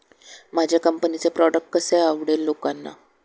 माझ्या कंपनीचे प्रॉडक्ट कसे आवडेल लोकांना?